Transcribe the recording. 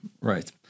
right